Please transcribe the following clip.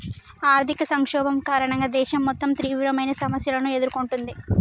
ఆర్థిక సంక్షోభం కారణంగా దేశం మొత్తం తీవ్రమైన సమస్యలను ఎదుర్కొంటుంది